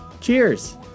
cheers